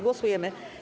Głosujemy.